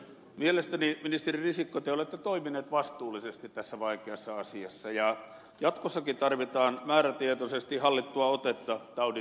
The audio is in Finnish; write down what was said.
mielestäni ministeri risikko te olette toiminut vastuullisesti tässä vaikeassa asiassa ja jatkossakin tarvitaan määrätietoisesti hallittua otetta taudin torjumisessa